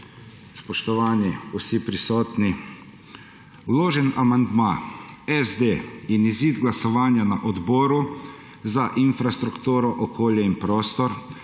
Spoštovani vsi prisotni! Vloženi amandma SD in izid glasovanja na Odboru za infrastrukturo, okolje in prostor